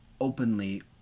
openly